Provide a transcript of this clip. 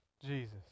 jesus